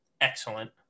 Excellent